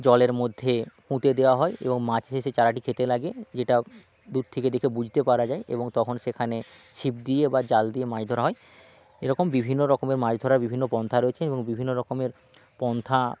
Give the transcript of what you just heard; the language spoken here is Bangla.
জলের মধ্যে পুঁতে দেওয়া হয় এবং মাছ এসে চারাটি খেতে লাগে যেটা দূর থেকে দেখে বুঝতে পারা যায় এবং তখন সেখানে ছিপ দিয়ে বা জাল দিয়ে মাছ ধরা হয় এরকম বিভিন্ন রকমের মাছ ধরা বিভিন্ন পন্থা রয়েছে এবং বিভিন্ন রকমের পন্থা